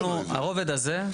אנחנו, הרובד הזה,